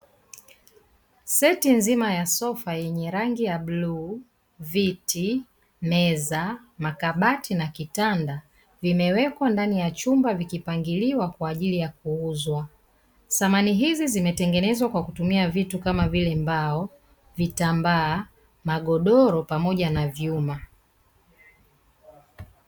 Seti nzima ya sofa yenye rangi ya bluu, viti, meza, makabati na kitanda; vimewekwa ndani ya chumba vikipangiliwa kwa ajili ya kuuzwa. Samani hizi zimetengenezwa kwa kutumia vitu kama vile mbao, vitambaa, magodoro pamoja na vyuma.